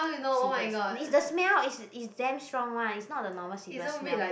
cigarette is the smell is is damn strong one is not the normal cigarette smell